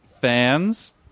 fans